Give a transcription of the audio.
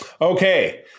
Okay